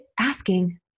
asking